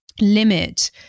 limit